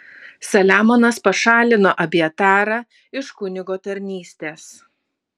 saliamonas pašalino abjatarą iš kunigo tarnystės